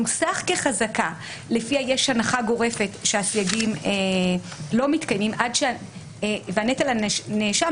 לפיה יש הנחה גורפת שהסייגים לא מתקיימים ונטל הנאשם